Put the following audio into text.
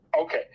Okay